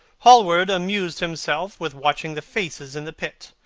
hallward amused himself with watching the faces in the pit.